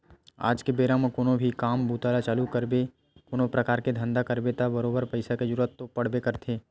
आज के बेरा म कोनो भी काम बूता ल चालू करबे कोनो परकार के धंधा करबे त बरोबर पइसा के जरुरत तो पड़बे करथे